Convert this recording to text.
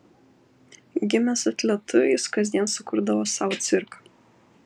gimęs atletu jis kasdien sukurdavo sau cirką